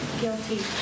guilty